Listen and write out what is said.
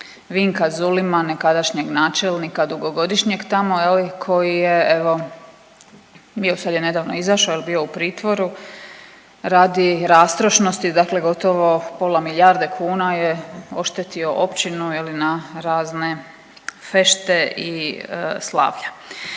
Vinka Zulima, nekadašnjeg načelnika, dugogodišnjeg tamo je li koji je evo bio, sad je nedavno izašao jel je bio u pritvoru radi rastrošnosti dakle gotovo pola milijarde kuna je oštetio općinu je li na razne fešte i slavlja.